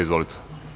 Izvolite.